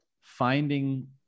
finding